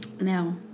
No